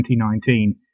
2019